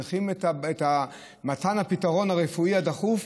צריכים פתרון רפואי דחוף,